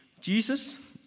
Jesus